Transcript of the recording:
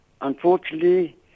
unfortunately